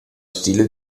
stile